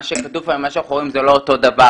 מה שכתוב פה ומה שאנחנו רואים זה לא אותו דבר.